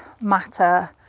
matter